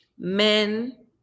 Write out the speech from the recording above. Men